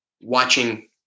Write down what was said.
watching